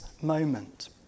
moment